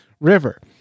river